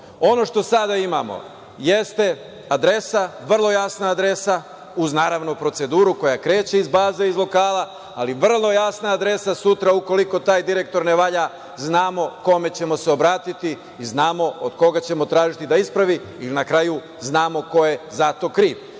što sada imamo jeste adresa, vrlo jasna adresa, naravno, uz proceduru koja kreće iz baze, iz lokala, ali vrlo jasna adresa. Sutra, ukoliko taj direktor ne valja, znamo kome ćemo se obratiti i znamo od koga ćemo tražiti da ispravi i, na kraju, znamo ko je za to kriv.